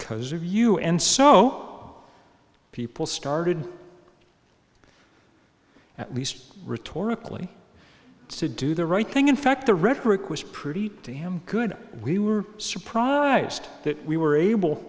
because of you and so people started at least rhetorically to do the right thing in fact the rhetoric was pretty damn good we were surprised that we were able